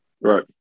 Right